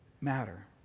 matter